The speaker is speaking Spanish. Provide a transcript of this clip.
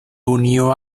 unió